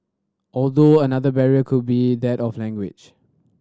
although another barrier could be that of language